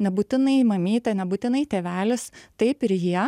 nebūtinai mamytė nebūtinai tėvelis taip ir jie